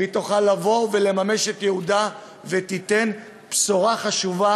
והיא תוכל לממש את ייעודה ותיתן בשורה חשובה